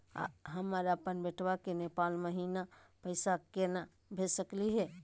हम अपन बेटवा के नेपाल महिना पैसवा केना भेज सकली हे?